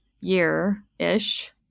year-ish